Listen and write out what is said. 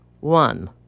One